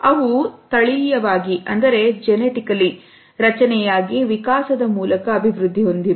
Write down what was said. ಅವು ತಳೀಯವಾಗಿ ರಚನೆಯಾಗಿ ವಿಕಾಸದ ಮೂಲಕ ಅಭಿವೃದ್ಧಿ ಹೊಂದಿವೆ